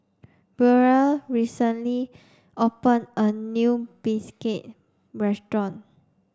Burrel recently opened a new Bistake restaurant